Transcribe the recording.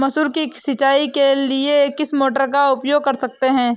मसूर की सिंचाई के लिए किस मोटर का उपयोग कर सकते हैं?